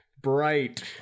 Bright